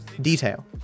detail